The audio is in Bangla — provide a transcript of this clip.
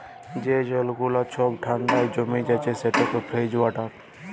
যে জল গুলা ছব ঠাল্ডায় জমে যাচ্ছে সেট ফ্রজেল ওয়াটার